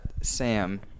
Sam